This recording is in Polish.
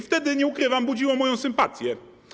Wtedy, nie ukrywam, budziło to moją sympatię.